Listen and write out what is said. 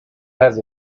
has